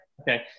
Okay